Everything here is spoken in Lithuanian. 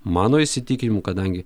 mano įsitikinimu kadangi